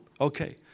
Okay